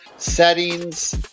settings